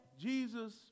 Jesus